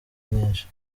nyinshi